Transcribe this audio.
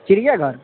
चिड़ियेघर